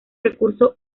recurso